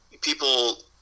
people